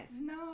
No